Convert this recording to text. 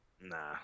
Nah